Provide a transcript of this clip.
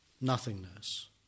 nothingness